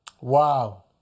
Wow